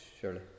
Surely